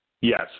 Yes